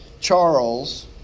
Charles